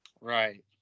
Right